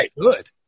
good